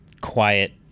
quiet